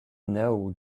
know